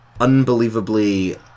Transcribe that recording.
unbelievably